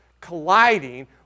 colliding